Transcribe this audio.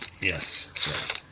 yes